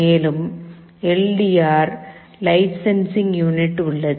மேலும் L D R light sensing unit உள்ளது